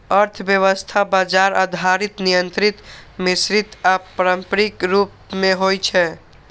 अर्थव्यवस्था बाजार आधारित, नियंत्रित, मिश्रित आ पारंपरिक रूप मे होइ छै